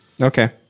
Okay